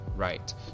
Right